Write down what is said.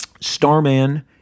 Starman